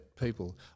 people